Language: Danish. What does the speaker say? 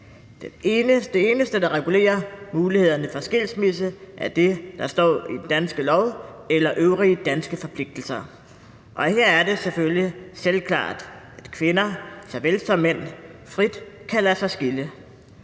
Det eneste, der regulerer mulighederne for skilsmisse, er det, der står i den danske lov, eller øvrige danske forpligtelser, og her er det selvfølgelig selvklart, at kvinder såvel som mænd frit kan lade sig skille.